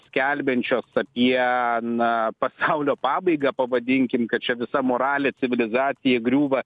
skelbiančios apie na pasaulio pabaigą pavadinkim kad čia visa moralė civilizacija griūva